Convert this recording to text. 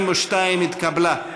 122 התקבלה.